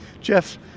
Jeff